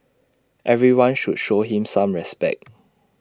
everyone should show him some respect